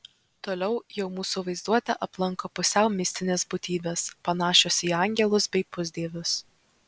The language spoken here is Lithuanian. toliau jau mūsų vaizduotę aplanko pusiau mistinės būtybės panašios į angelus bei pusdievius